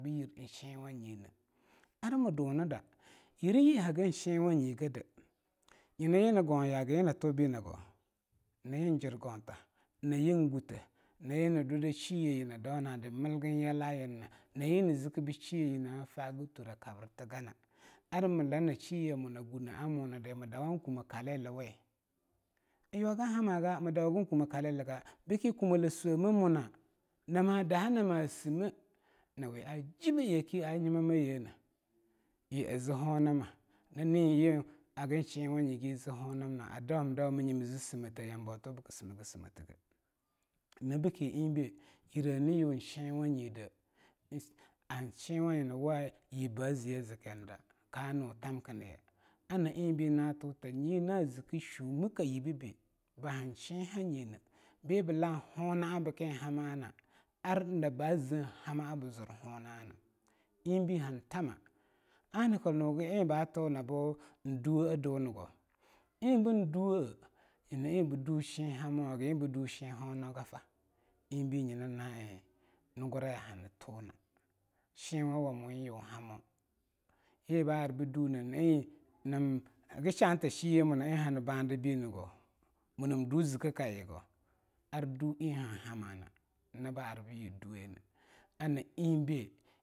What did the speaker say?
Be eshi wanyena ar mii dunida yireyi hagin shinwa nyi geneh nyina yii ani gauya nyina eing nii turbenigoh nyna eang jirgohta, nyina yeang gutteh nyina yeang hani we sheyeyna a daunada eing millgin yala yinana nyina yi ni ziki buh sheayeh naa fagi ture kabritigana armii dhana sheayeh muna guenaa munadi mii dawa kumeh kali liwa? a yuwagan hamaga mii dawah kumeh kaliliga beaki kumeh le swoe maamuna namaa dahanama simmeh na wea a jibbe yake a nyimamayene yii a zii honama nani yii hagan shenwanyigi zii honamna a dawum dawami simmete nyina bikim bii eingbe yire niyung shenwanyide hanshenwanye wii yibbe ziye zikirni da ka nu thamka nayeah aa na eingbe nyina tuta yina zikki shumiki yibebi bii ban shenhanyine bea bii lang honaha biken hama ana ar ba zean hama'a bei lun hona ana eing be ha thamah ana ginugi eing ba thuhnabu duwo eah dunigoh eingbun duweah nyina eing bu du shen hamawa hagi eing bu duh shenhononigi fa eing bii nyina na eing lunguraya hani tuhna shenwawa mo eing yung hamo eing ba arbu dutine nyina eing nam hagi shaantaa sheye muna eing hani baa dii beanigeh mu nam duh zikke kaye ar duh eing han hama nyina ba arbun duwone ana eba.